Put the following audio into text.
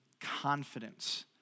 confidence